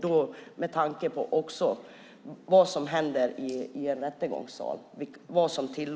Det är också viktigt vad som tillåts i en rättegångssal.